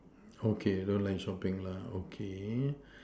okay don't like shopping okay